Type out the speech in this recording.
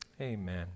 Amen